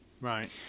Right